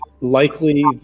likely